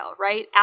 right